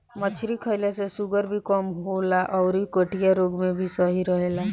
मछरी खईला से शुगर भी कम होला अउरी गठिया रोग में भी सही रहेला